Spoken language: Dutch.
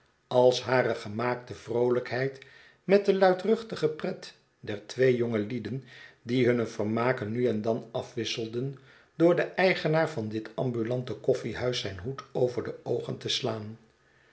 als hare gemaakte vroolijkheid met de luidruchtige pret der twee jongelieden die hunne vermaken nu en dan afwisselden door den eigenaar van dit ambulante koffiehuis zijn hoed over de oogen te slaan